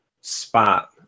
spot